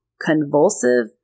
convulsive